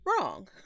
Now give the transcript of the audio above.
wrong